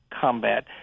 combat